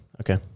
okay